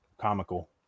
Comical